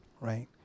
Right